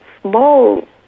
small